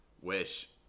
wish